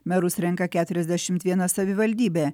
merus renka keturiasdešimt viena savivaldybė